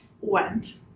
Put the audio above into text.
went